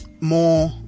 More